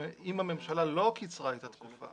אם הממשלה לא קיצרה את התקופה,